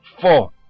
four